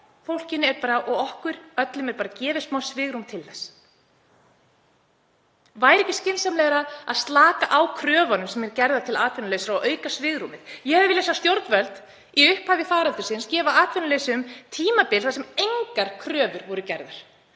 ef því og okkur öllum er gefið smá svigrúm til þess. Væri ekki skynsamlegra að slaka á kröfunum sem gerðar eru til atvinnulausra og auka svigrúmið? Ég hefði viljað sjá stjórnvöld í upphafi faraldursins gefa atvinnulausum tímabil þar sem engar kröfur voru gerðar.